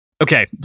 Okay